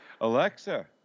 Alexa